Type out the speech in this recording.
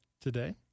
Today